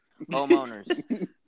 homeowners